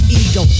ego